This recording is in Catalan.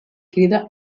crida